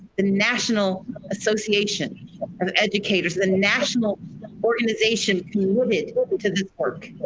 the national association educators the national organization committed to this work.